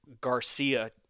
garcia